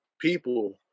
people